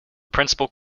principal